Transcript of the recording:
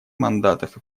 мандатов